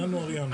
ינואר לינואר.